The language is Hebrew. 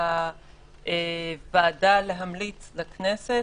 לוועדה להמליץ לכנסת,